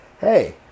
Hey